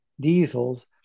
diesels